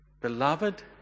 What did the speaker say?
beloved